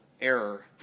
error